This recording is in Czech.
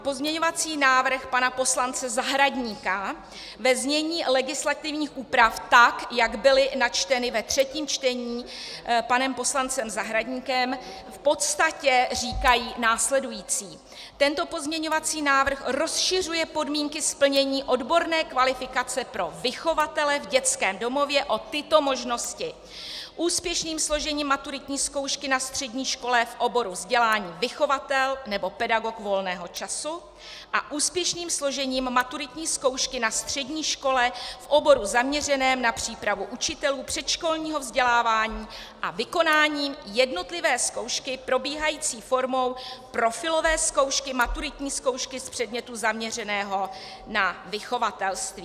Pozměňovací návrh pana poslance Zahradníka ve znění legislativních úprav, tak jak byly načteny ve třetím čtení panem poslancem Zahradníkem, v podstatě říkají následující: Tento pozměňovací návrh rozšiřuje podmínky splnění odborné kvalifikace pro vychovatele v dětském domově o tyto možnosti: úspěšným složením maturitní zkoušky na střední škole v oboru vzdělání vychovatel nebo pedagog volného času a úspěšným složením maturitní zkoušky na střední škole v oboru zaměřeném na přípravu učitelů předškolního vzdělávání a vykonáním jednotlivé zkoušky probíhající formou profilové zkoušky, maturitní zkoušky z předmětu zaměřeného na vychovatelství.